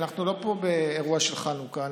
אנחנו לא באירוע של חנוכה פה,